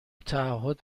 تعهد